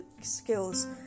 skills